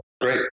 great